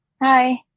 hi